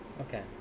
Okay